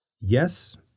Yes